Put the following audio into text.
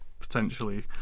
potentially